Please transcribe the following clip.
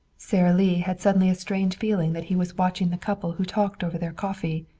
sara lee had suddenly a strange feeling that he was watching the couple who talked over their coffee,